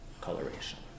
coloration